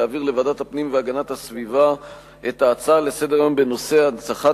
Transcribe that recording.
להעביר לוועדת הפנים והגנת הסביבה את ההצעה לסדר-היום בנושא: הנצחת